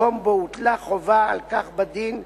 מקום בו הוטלה חובה על כך בדין,